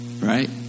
Right